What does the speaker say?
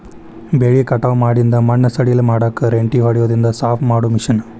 ಬೆಳಿ ಕಟಾವ ಮಾಡಿಂದ ಮಣ್ಣ ಸಡಿಲ ಮಾಡಾಕ ರೆಂಟಿ ಹೊಡದಿಂದ ಸಾಪ ಮಾಡು ಮಿಷನ್